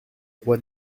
roi